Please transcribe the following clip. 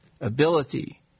ability